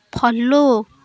follow